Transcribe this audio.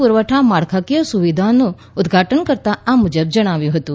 પુરવઠા માળખાકીય સુવિધાનું ઉદઘાટન કરતા આ મુજબ જણાવ્યું હતું